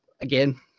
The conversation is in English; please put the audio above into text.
again